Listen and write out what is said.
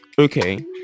okay